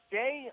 day